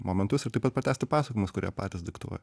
momentus ir taip pat pratęsti pasakojimus kurie patys diktuoja